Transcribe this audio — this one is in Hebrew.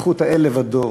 מלכות האל לבדו.